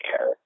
air